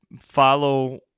follow